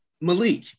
Malik